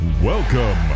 Welcome